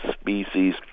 species